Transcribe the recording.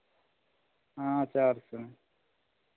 हाँ चार सौ